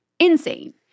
insane